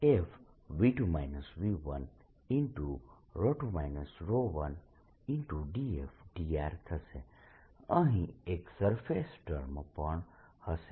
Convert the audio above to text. અહીં અહીં એક સરફેસ ટર્મ પણ હશે